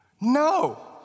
No